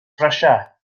brysia